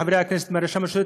לחברי הכנסת מהרשימה המשותפת,